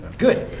good!